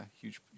huge